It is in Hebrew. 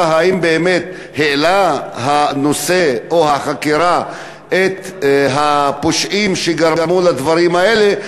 אם באמת העלתה החקירה את הפושעים שגרמו לדברים האלה,